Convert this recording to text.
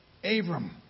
Abram